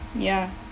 ya